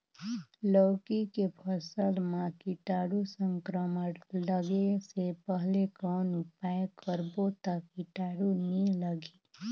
लौकी के फसल मां कीटाणु संक्रमण लगे से पहले कौन उपाय करबो ता कीटाणु नी लगही?